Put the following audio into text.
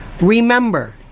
Remember